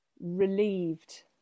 relieved